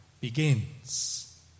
begins